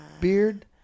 Beard